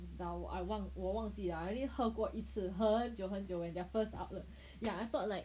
is like I 忘我忘记了因为喝过一次很久很久 their first outlet yeah I thought like